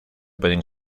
pueden